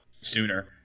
sooner